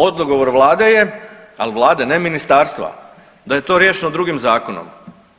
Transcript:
Odgovor vlade je, al vlade, ne ministarstva, da je to riješeno drugim zakonom,